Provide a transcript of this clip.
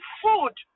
food